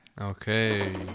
Okay